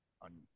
on